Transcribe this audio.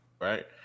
right